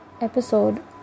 episode